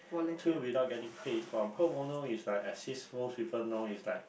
to without getting paid but pro bono is like as is most people know is like